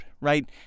right